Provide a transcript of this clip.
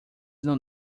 não